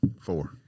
four